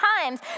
times